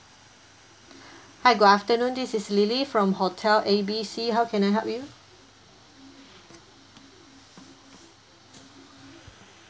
hi good afternoon this is lily from hotel A B C how can I help you